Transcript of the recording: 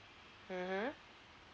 (uh huh)